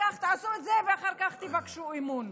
תעשו את זה ככה, ואחר כך תבקשו אמון.